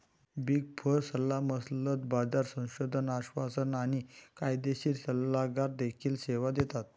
big four सल्लामसलत, बाजार संशोधन, आश्वासन आणि कायदेशीर सल्लागार देखील सेवा देतात